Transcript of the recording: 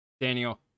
Daniel